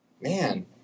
Man